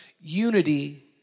unity